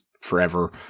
forever